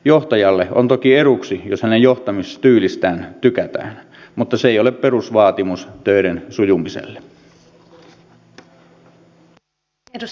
johtajalle on toki eduksi jos hänen johtamistyylistään tykätään mutta se ei ole perusvaatimus töiden sujumiselle